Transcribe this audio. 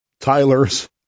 Tyler's